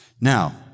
Now